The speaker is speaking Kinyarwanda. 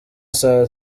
saa